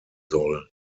soll